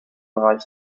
reich